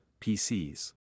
PCs